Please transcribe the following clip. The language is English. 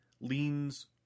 leans